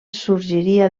sorgiria